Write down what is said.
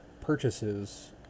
purchases